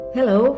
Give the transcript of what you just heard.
Hello